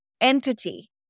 entity